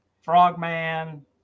frogman